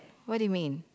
what do you mean